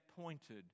pointed